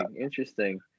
interesting